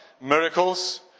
miracles